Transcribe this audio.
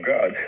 God